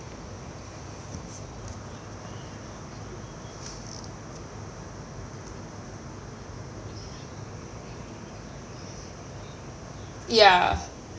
ya